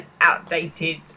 outdated